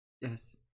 Yes